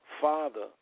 Father